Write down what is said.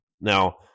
Now